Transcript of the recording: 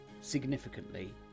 significantly